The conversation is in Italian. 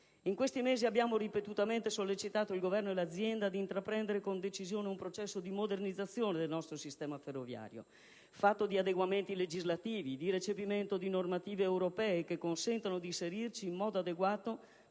In questi mesi abbiamo ripetutamente sollecitato il Governo e l'azienda ad intraprendere con decisione un processo dì modernizzazione del nostro sistema ferroviario, fatto di adeguamenti legislativi, di recepimento di normative europee che consentano di inserirci in modo adeguato